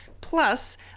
Plus